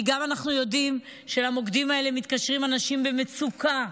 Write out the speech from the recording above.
כי אנחנו יודעים שלמוקדים האלה מתקשרים אנשים במצוקה,